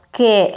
che